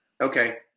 Okay